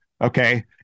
Okay